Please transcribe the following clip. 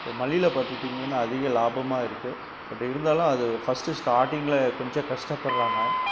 so மல்லியில் பார்த்துட்டிங்கனா அதிக லாபமாக இருக்குது பட் இருந்தாலும் அது ஃபஸ்ட்டு ஸ்டார்டிங்கில் கொஞ்சம் கஷ்டப்படறாங்க